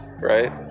right